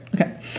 Okay